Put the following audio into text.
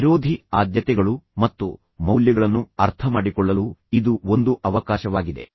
ವಿರೋಧಿ ಆದ್ಯತೆಗಳು ಮತ್ತು ಮೌಲ್ಯಗಳನ್ನು ಅರ್ಥಮಾಡಿಕೊಳ್ಳಲು ಇದು ಒಂದು ಅವಕಾಶವಾಗಿದೆ